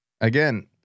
again